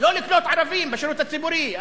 לא לקלוט ערבים בשירות הציבורי.